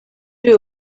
uyu